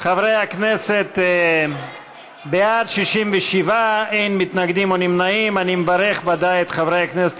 או נגד המלצת ועדת הכנסת לבחור את חברי הכנסת